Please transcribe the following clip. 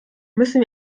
müssen